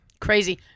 crazy